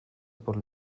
por